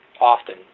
often